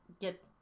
get